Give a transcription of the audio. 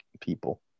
people